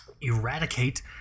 eradicate